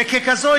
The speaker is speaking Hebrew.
וככזאת,